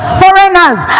foreigners